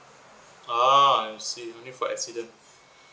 ah I see only for accident